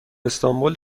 استانبول